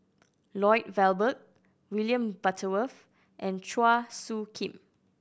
Lloyd Valberg William Butterworth and Chua Soo Khim